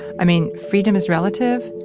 i mean freedom is relative,